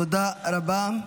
תודה רבה.